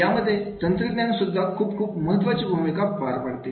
यामध्ये तंत्रज्ञान सुद्धा खूप खूप महत्त्वाची भूमिका पार पाडते